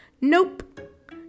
Nope